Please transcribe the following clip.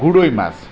গৰৈ মাছ